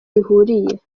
bihuriye